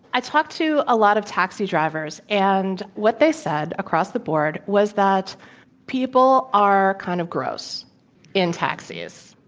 i talked to a lot of taxi drivers and what they said across the board was that people are kind of gross in taxis.